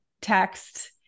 text